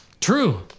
True